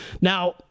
Now